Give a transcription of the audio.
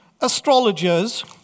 astrologers